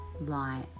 Light